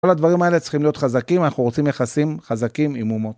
כל הדברים האלה צריכים להיות חזקים, אנחנו רוצים יחסים חזקים עם אומות.